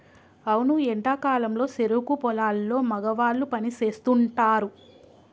అవును ఎండా కాలంలో సెరుకు పొలాల్లో మగవాళ్ళు పని సేస్తుంటారు